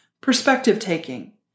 Perspective-taking